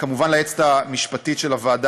כמובן לשרת התרבות והספורט,